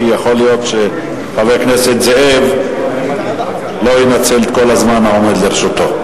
כי יכול להיות שחבר הכנסת זאב לא ינצל את כל הזמן העומד לרשותו.